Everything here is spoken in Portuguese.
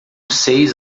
seis